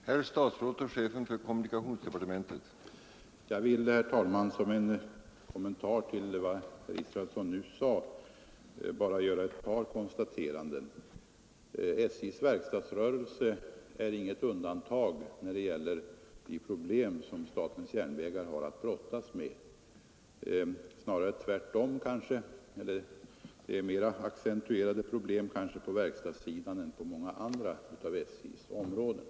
Herr talman! Som en kommentar till vad herr Israelsson sade senast vill jag bara göra ett par konstateranden. Problemen med SJ:s verkstadsrörelse är inga undantag från de övriga problem som statens järnvägar har att brottas med. Tvärtom är kanske problemen på verkstadssidan ännu mer accentuerade än på många andra av SJ:s områden.